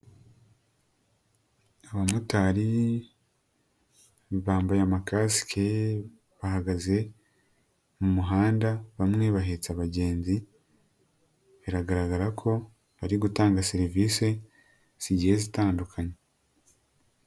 Abamotari bambaye amakasike bahagaze mu muhanda, bamwe bahetse abagenzi, biragaragara ko bari gutanga serivisi zigiye zitandukanye.